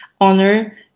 honor